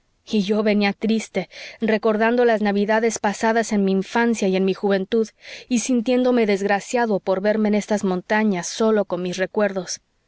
y yo venía triste recordando las navidades pasadas en mi infancia y en mi juventud y sintiéndome desgraciado por verme en estas montañas solo con mis recuerdos